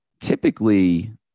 Typically